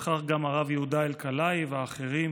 וכך גם הרב יהודה אלקלעי ואחרים.